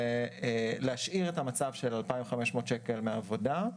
להשאיר את המצב של 2,500 שקל מעבודה,